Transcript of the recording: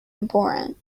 important